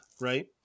right